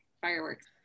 fireworks